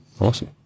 Awesome